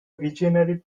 visionary